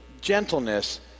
gentleness